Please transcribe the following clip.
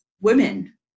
women